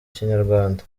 kinyarwanda